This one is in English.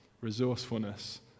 resourcefulness